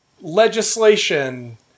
legislation